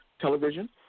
Television